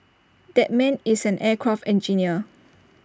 that man is an aircraft engineer